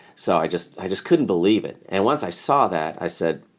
so i just i just couldn't believe it. and once i saw that, i said,